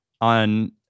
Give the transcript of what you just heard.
on